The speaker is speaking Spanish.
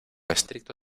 estricto